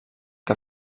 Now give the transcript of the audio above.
que